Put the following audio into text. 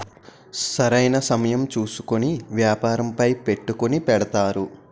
సరైన సమయం చూసుకొని వ్యాపారంపై పెట్టుకుని పెడతారు